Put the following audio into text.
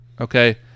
Okay